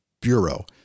bureau